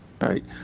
right